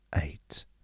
Eight